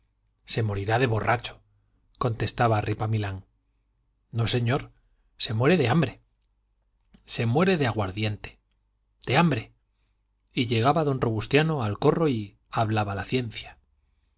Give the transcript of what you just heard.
se morirá de borracho contestaba ripamilán no señor se muere de hambre se muere de aguardiente de hambre y llegaba don robustiano al corro y hablaba la ciencia